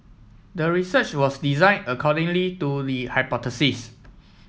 the research was design accordingly to the hypothesis